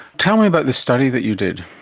tell me about this study that you did.